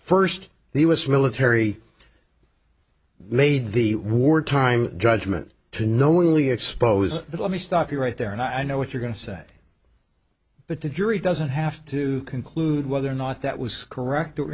first the u s military made the war time judgment to knowingly expose it let me stop you right there and i know what you're going to say but the jury doesn't have to conclude whether or not that was correct or